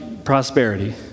prosperity